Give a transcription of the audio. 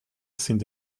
sind